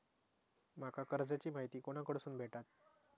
माका कर्जाची माहिती कोणाकडसून भेटात?